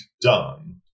done